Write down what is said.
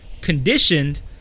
conditioned